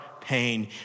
pain